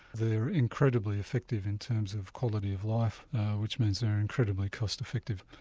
they're incredibly effective in terms of quality of life which means they are incredibly cost effective.